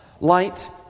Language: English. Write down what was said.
Light